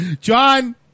john